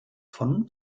von